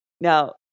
Now